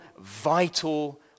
vital